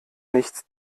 nichts